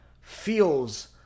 feels